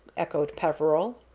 echoed peveril.